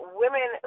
women